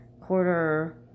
quarter